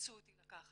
שאילצו אותי לקחת.